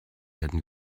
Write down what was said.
werden